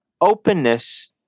openness